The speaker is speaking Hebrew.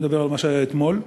אני מדבר על מה שהיה אתמול.